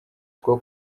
two